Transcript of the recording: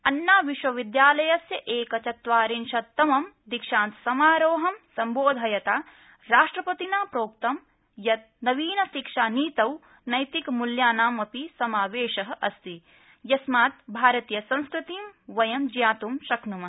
अन्ना विश्वविद्यालयस्य एकचत्वारिंशत्तमं दीक्षान्त समारोहं सम्बोधयता राष्ट्रपतिना प्रोक्तं यत् नवीन शिक्षा नीतौ नैतिक मूल्यानाम् अपि समावेश अस्ति यस्मात् भारतीय संस्कृतिं वयं ज्ञात् शकृन्म